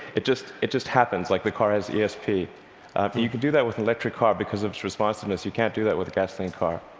it just it just happens, like the car has esp. you can do that with electric car because of its responsiveness. you can't do that with a gasoline car.